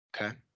Okay